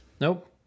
Nope